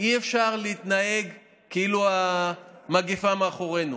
אי-אפשר להתנהג כאילו המגפה מאחורינו.